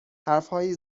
حرفهایی